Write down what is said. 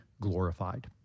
glorified